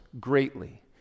greatly